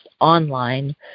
online